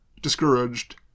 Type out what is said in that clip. discouraged